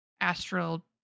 astral